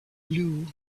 blue